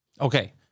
Okay